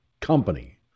company